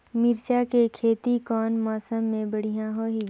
मिरचा के खेती कौन मौसम मे बढ़िया होही?